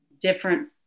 different